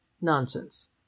Nonsense